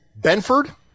Benford